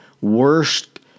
worst